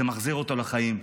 זה מחזיר אותו לחיים,